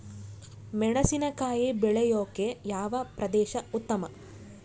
ಮೆಣಸಿನಕಾಯಿ ಬೆಳೆಯೊಕೆ ಯಾವ ಪ್ರದೇಶ ಉತ್ತಮ?